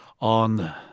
on